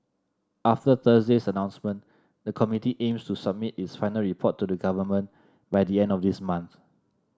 after Thursday's announcement the committee aims to submit its final report to the Government by the end of this month